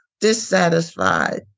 dissatisfied